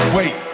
Wait